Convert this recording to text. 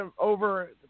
over